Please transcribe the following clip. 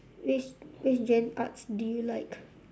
which which gen~ arts do you like